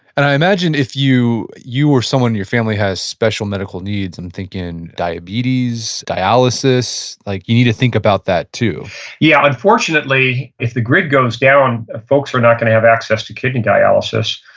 and i imagine if you you or someone in your family has special medical needs, i'm thinking diabetes, dialysis, like you need to think about that, too yeah. unfortunately, if the grid goes down, folks are not going to have access to kidney dialysis.